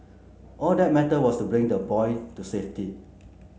all that mattered was to bring the boy to safety